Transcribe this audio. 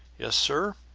yes, sir,